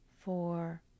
four